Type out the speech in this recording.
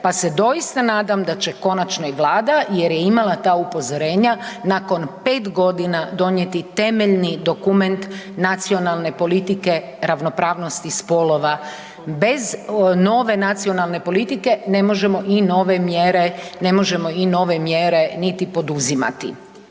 pa se doista nadam da će končano i Vlada jer je imala ta upozorenja nakon 5 godina donijeti temeljni dokument nacionalne politike ravnopravnosti spolova. Bez nove nacionalne politike ne možemo i nove mjere, ne možemo i